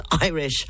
Irish